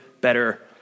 better